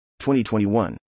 2021